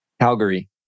Calgary